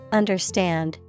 understand